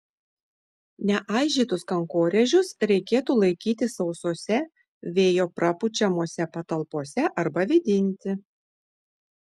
neaižytus kankorėžius reikėtų laikyti sausose vėjo prapučiamose patalpose arba vėdinti